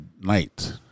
night